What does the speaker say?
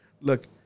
Look